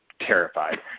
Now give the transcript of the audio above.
terrified